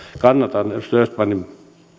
kannatan tätä edustaja östmanin